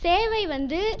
சேவை வந்து